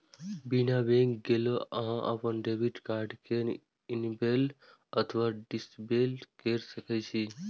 बिना बैंक गेलो अहां अपन डेबिट कार्ड कें इनेबल अथवा डिसेबल कैर सकै छी